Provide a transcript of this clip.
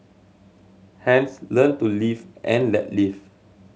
hence learn to live and let live